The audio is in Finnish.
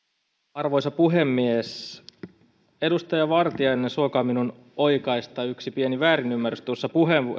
arvoisa puhemies edustaja vartiainen suokaa minun oikaista yksi pieni väärinymmärrys tuosta